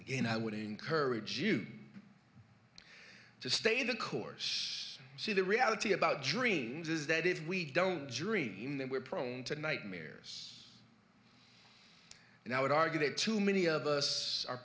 again i would encourage you to stay the course see the reality about dreams is that if we don't dream then we're prone to nightmares and i would argue that too many of us are